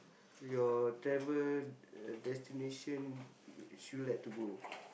your travel uh destination which you like to go